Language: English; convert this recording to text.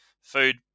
food